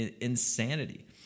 insanity